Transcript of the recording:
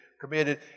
committed